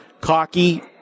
cocky